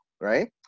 right